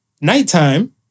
nighttime